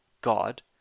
God